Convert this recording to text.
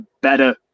better